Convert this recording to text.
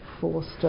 forced